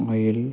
oil